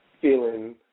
feeling